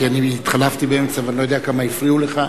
כי אני התחלפתי באמצע ואני לא יודע כמה הפריעו לך,